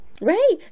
right